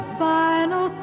final